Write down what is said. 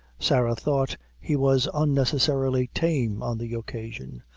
sarah thought he was unnecessarily tame on the occasion,